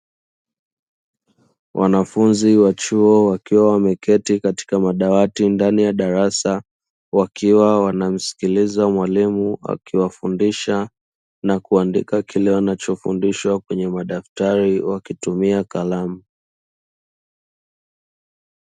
Wanafunzi wa chuo wakiwa wameketi katika madawati ndani ya darasa, wakiwa wanamsikiliza mwalimu akiwafundisha na kuandika kile wanachofundishwa kwenye madaftari wakitumia kalamu.